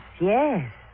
yes